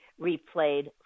replayed